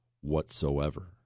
whatsoever